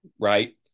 right